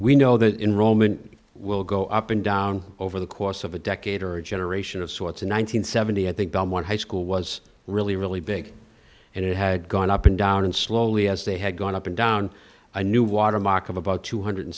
we know that in roman will go up and down over the course of a decade or a generation of sorts in one nine hundred seventy i think someone high school was really really big and it had gone up and down and slowly as they had gone up and down a new water mark of about two hundred